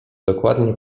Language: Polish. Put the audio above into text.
dokładnie